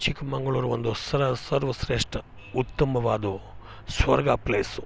ಚಿಕ್ಕಮಂಗ್ಳೂರು ಒಂದು ಸರ್ವಶ್ರೇಷ್ಠ ಉತ್ತಮವಾದವು ಸ್ವರ್ಗ ಪ್ಲೇಸು